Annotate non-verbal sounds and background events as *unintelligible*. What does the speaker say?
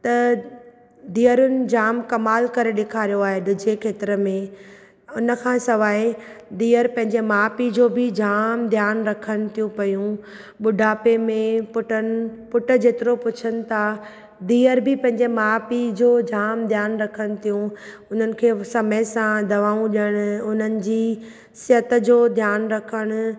त धीअरुनि जाम कमाल करे ॾेखारियो आहे *unintelligible* खेत्र में उनखां सवाइ धीअरु पंहिंजे माउ पीउ जो बि जाम ध्यानु रखनि थियूं पयूं हुननि खे समय सां दवाऊं ॾियणु हुननि जी सिहत जो ध्यानु रखणु